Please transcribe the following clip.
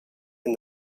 and